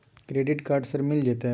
Credit card sir मिल जेतै?